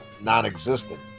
non-existent